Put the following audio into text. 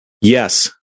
yes